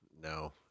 No